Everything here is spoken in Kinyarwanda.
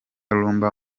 rumba